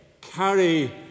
carry